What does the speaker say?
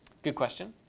good question.